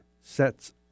sets